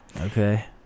Okay